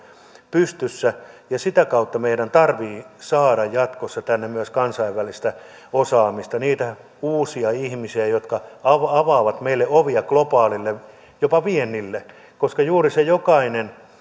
pystyssä ja sitä kautta meidän tarvitsee saada jatkossa tänne myös kansainvälistä osaamista niitä uusia ihmisiä jotka avaavat meille ovia globaalille jopa viennille koska juuri jokainen